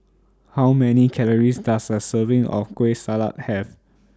How Many Calories Does A Serving of Kueh Salat Have